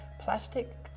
plastic